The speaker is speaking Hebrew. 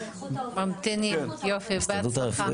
ממתינים, יופי, אז בהצלחה.